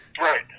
Right